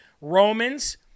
Romans